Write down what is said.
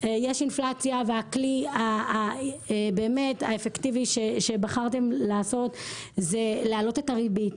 יש אינפלציה והכלי באמת האפקטיבי שבחרתם לעשות זה לעלות את הריבית.